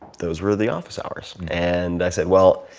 those were the office hours and i said, well,